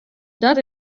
dat